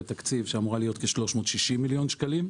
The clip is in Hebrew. תקציב שאמורה להיות כ-360 מיליון שקלים.